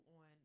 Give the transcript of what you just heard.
on